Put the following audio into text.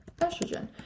estrogen